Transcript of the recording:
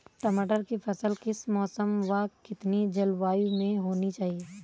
टमाटर की फसल किस मौसम व कितनी जलवायु में होनी चाहिए?